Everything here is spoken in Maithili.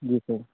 जी सर